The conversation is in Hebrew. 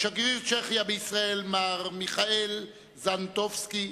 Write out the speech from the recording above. שגריר צ'כיה בישראל, מר מיכאל זנטובסקי,